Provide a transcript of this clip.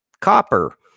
Copper